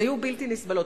הן היו בלתי נסבלות.